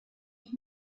ich